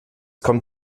kommt